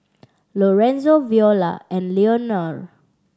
Lorenzo Viola and Leonor